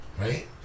right